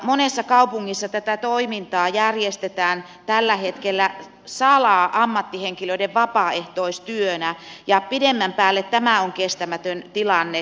monessa kaupungissa tätä toimintaa järjestetään tällä hetkellä salaa ammattihenkilöiden vapaaehtoistyönä ja pidemmän päälle tämä on kestämätön tilanne